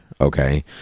Okay